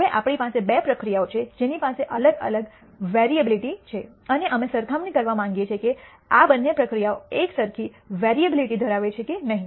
હવે આપણી પાસે બે પ્રક્રિયાઓ છે જેની પાસે અલગ વેરીઅબીલીટી છે અને અમે સરખામણી કરવા માંગીએ છીએ કે આ બંને પ્રક્રિયાઓ એકસરખી વેરીઅબીલીટી ધરાવે છે કે નહીં